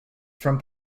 from